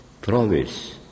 promise